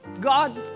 God